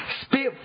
spit